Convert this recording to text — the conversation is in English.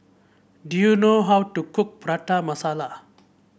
do you know how to cook Prata Masala